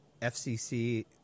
FCC